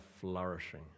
flourishing